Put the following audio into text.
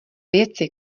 věci